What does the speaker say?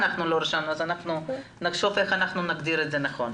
אולי נחשוב איך נגדיר את זה נכון.